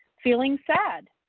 feeling sad,